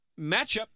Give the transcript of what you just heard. Matchup